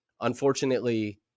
Unfortunately